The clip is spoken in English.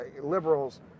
liberals